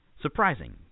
Surprising